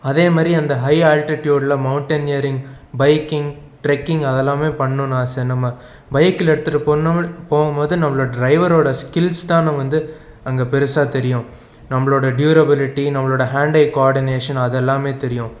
அதே மாதிரி அந்த ஹை அல்ட்டடியூடில் மௌட்டனியரிங் பைக்கிங் ட்ரெக்கிங் அதலாமே பண்ணணும்னு ஆசை நம்ம பைக்கில் எடுத்துகிட்டு போனோம் போகுமோது நம்ம ட்ரைவரோட ஸ்கில்ஸ் தான் வந்து அங்கே பெருசாக தெரியும் நம்மளோடய டியுரபிலிட்டி நம்மளோடய ஹாண்ட் ஐ குவாடினேஷன் அதெல்லாமே தெரியும்